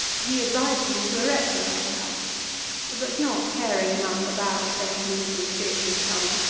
he advised me to erect an ice-house but not caring enough about fresh meat and fish in summer,